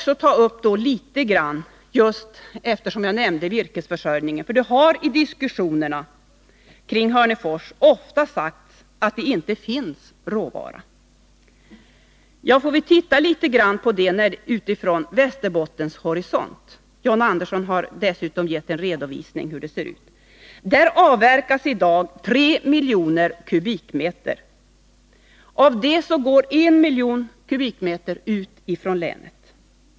Så litet grand om virkesförsörjningen, som jag redan berört. I diskussionerna om Hörnefors har man ofta sagt att det inte finns råvara. Vi kan därför titta litet grand på detta utifrån Västerbottens horisont. John Andersson har också lämnat en redovisning av förhållandena där. I dag avverkas 3 miljoner kubikmeter virke. Härav går 1 miljon kubikmeter ut från länet.